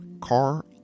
car